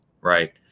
right